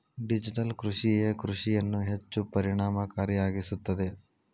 digital ಕೃಷಿಯೇ ಕೃಷಿಯನ್ನು ಹೆಚ್ಚು ಪರಿಣಾಮಕಾರಿಯಾಗಿಸುತ್ತದೆ